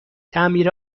تعمیر